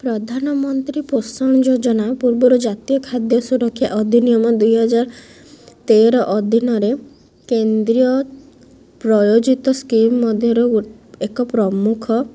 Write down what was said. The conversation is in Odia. ପ୍ରଧାନମନ୍ତ୍ରୀ ପୋଷଣ ଯୋଜନା ପୂର୍ବରୁ ଜାତୀୟ ଖାଦ୍ୟ ସୁରକ୍ଷା ଅଧିନିୟମ ଦୁଇହଜାର ତେର ଅଧୀନରେ କେନ୍ଦ୍ରୀୟ ପ୍ରୟୋଜିତ ସ୍କିମ୍ ମଧ୍ୟରୁ ଏକ ପ୍ରମୁଖ